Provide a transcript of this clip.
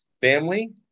Family